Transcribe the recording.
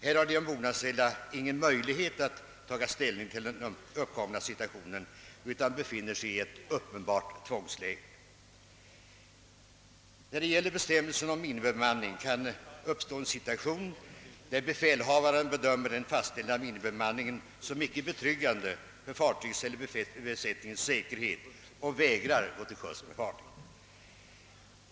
Här har de ombordanställda ingen möjlighet att ta ställning till den uppkomna situationen, utan de befinner sig i ett uppenbart tvångsläge. Det kan uppstå en situation där befälhavaren bedömer den fastställda minimibemanningen som icke betryggande för fartygets eller besättningens säkerhet och vägrar att gå till sjöss med fartyget.